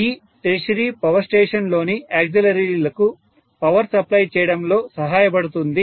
ఈ tertiary power station లోని ఆక్సిలరీలకు పవర్ సప్లై చేయడంలో సహాయపడుతుంది